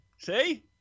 see